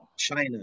China